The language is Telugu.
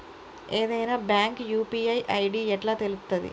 ఏదైనా బ్యాంక్ యూ.పీ.ఐ ఐ.డి ఎట్లా తెలుత్తది?